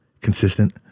consistent